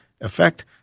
effect